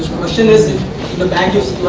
question is, in the back, if